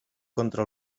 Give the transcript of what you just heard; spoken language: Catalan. contra